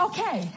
Okay